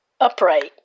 upright